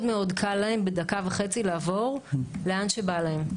מאוד מאוד קל להם בדקה וחצי לעבור לאן שבא להם.